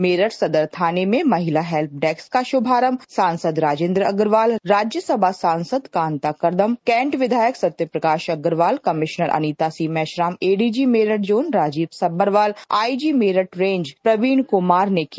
मेरठ सदर थाने में महिला हेल्प डेस्क का शुभारंभ सांसद राजेंद्र अग्रवाल राज्यसभा सांसद कांता कर्दम कैंट विधायक Satya Prakash Agarwal commissioner Anita C Meshram ADG Meerut zone Rajeev Sabharwal IG Meerut range Praveen Kumar ने किया